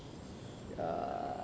ugh